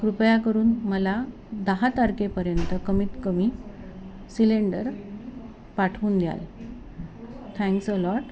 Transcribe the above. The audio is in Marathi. कृपया करून मला दहा तारखेपर्यंत कमीत कमी सिलेंडर पाठवून द्याल थँक्स अ लॉट